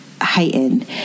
heightened